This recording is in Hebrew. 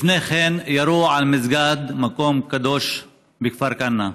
לפני כן ירו על מסגד, מקום קדוש, בכפר כנא,